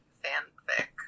fanfic